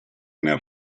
nel